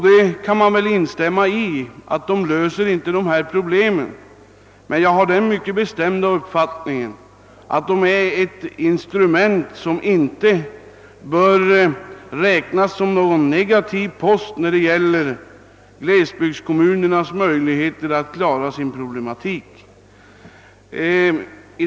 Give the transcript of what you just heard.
Det kan jag instämma i, men jag har den bestämda uppfattningen, att kommunsammanläggningarna ingalunda utgör någon negativ post då det gäller kommunernas möjligheter att klara problematiken.